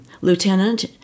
lieutenant